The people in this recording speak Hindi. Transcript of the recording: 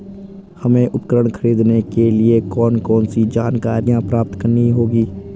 हमें उपकरण खरीदने के लिए कौन कौन सी जानकारियां प्राप्त करनी होगी?